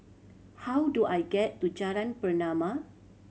how do I get to Jalan Pernama